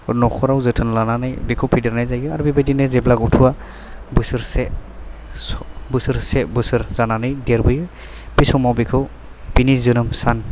नखराव जोथोन लानानै बेखौ फेदेरनाय जायो आरो बेबादिनो जेब्ला गथ'वा बोसोरसे बोसोर जानानै देरबोयो बे समाव बेखौ बिनि जोनोम सान